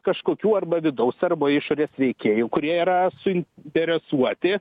kažkokių arba vidaus arba išorės veikėjų kurie yra suinteresuoti